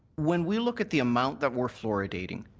when we look at the amount that we're fluoridating,